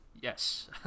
Yes